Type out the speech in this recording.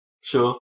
Sure